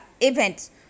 events